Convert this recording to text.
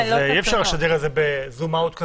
אי אפשר לשדר את זה בזום אאוט,